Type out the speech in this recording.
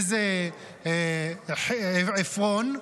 איזה עפרון,